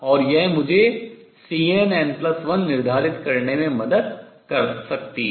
और यह मुझे Cnn1 निर्धारित करने में मदद कर सकती है